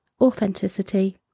authenticity